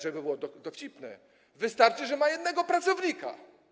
Żeby było dowcipnie: Wystarczy, że ma jednego pracownika.